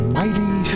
mighty